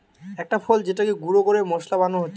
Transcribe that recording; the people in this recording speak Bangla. একটা ফল যেটাকে গুঁড়ো করে মশলা বানানো হচ্ছে